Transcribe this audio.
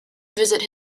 visit